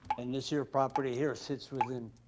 and this here property here sits within,